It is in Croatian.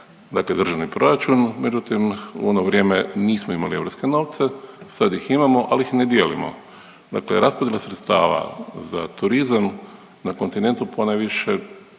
dakle Državni proračun, međutim u ono vrijeme nismo imali europske novce, sad ih imamo, ali ih ne dijelimo, dakle raspodjela sredstava za turizam na kontinentu, ponajviše